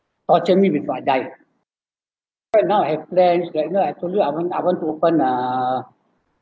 torture me before I die right now I plan that's why I told you I want I want to open a